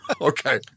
Okay